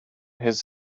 his